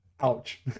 ouch